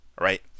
right